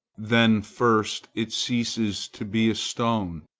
then first it ceases to be a stone.